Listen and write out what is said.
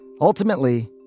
Ultimately